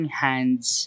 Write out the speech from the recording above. hands